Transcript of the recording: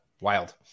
wild